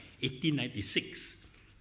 1896